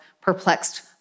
perplexed